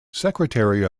secretary